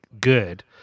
good